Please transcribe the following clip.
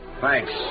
Thanks